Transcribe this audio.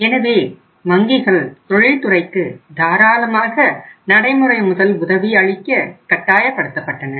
எனவே வங்கிகள் தொழில்துறைக்கு தாராளமாக நடைமுறை முதல் உதவி அளிக்க கட்டாயப்படுத்தப்பட்டன